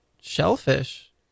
shellfish